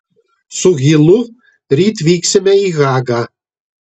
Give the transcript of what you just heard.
su hilu ryt vyksime į hagą